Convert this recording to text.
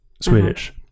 swedish